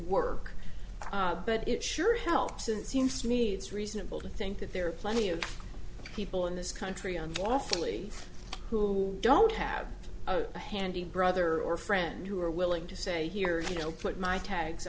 work but it sure helps and it seems to me it's reasonable to think that there are plenty of people in this country and awfully who don't have a handy brother or friend who are willing to say here you know put my tags